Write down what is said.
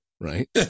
right